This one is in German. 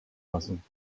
lassen